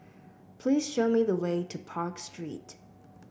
please show me the way to Park Street